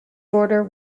order